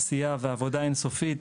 עשייה ועבודה אין סופית,